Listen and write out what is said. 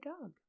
dog